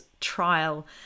trial